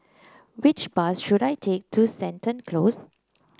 which bus should I take to Seton Close